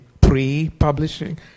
pre-publishing